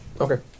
Okay